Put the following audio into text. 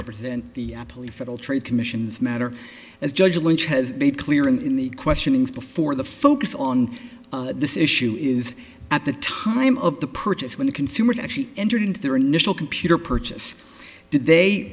represent the police federal trade commission's matter as judge lynch has made clear in the questioning before the focus on this issue is at the time of the purchase when the consumers actually entered into their initial computer purchase did they